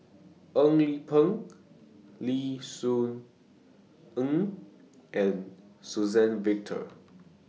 Eng Yee Peng Lim Soo Ngee and Suzann Victor